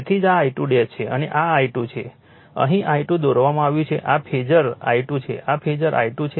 તેથી જ આ I2 છે અને આ I2 છે અહીં I2 દોરવામાં આવ્યું છે આ ફેઝર I2 છે આ ફેઝર I2 છે